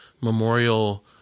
memorial